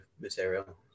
material